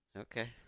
Okay